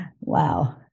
Wow